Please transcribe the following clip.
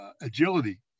agility